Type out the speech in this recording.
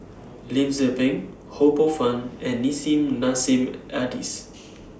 Lim Tze Peng Ho Poh Fun and Nissim Nassim Adis